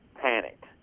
panicked